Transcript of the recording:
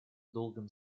долгом